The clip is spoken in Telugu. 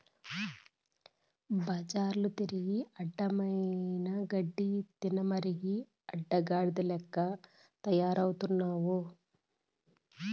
బజార్ల తిరిగి అడ్డమైన గడ్డి తినమరిగి అడ్డగాడిద లెక్క తయారవుతున్నావు